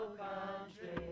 country